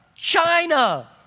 China